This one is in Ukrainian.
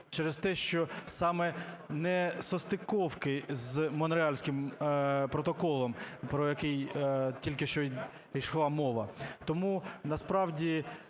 через те, що саме несостиковки з Монреальським протоколом, про який тільки що ішла мова. Тому насправді